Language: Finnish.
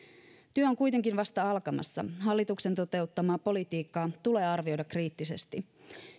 työ on kuitenkin vasta alkamassa hallituksen toteuttamaa politiikkaa tulee arvioida kriittisesti